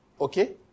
Okay